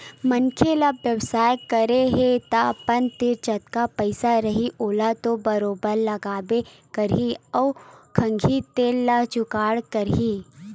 मनखे ल बेवसाय करना हे तअपन तीर जतका पइसा रइही ओला तो बरोबर लगाबे करही अउ खंगही तेन ल जुगाड़ करही